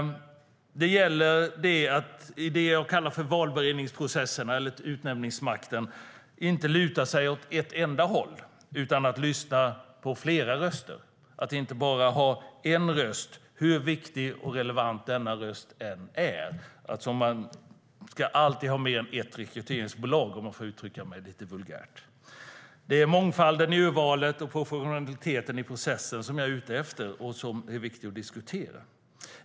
Det är viktigt att i det jag kallar valberedningsprocessen eller utnämningsmakten inte luta sig åt endast ett håll utan lyssna på flera röster, att inte bara ha en röst hur viktig och relevant den rösten än är. Man ska alltid ha mer än ett rekryteringsbolag, om jag får uttrycka mig lite vulgärt. Det är mångfalden i urvalet och professionaliteten i processen som jag är ute efter. De är viktiga att diskutera.